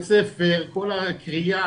ביה"ס כל הקריאה,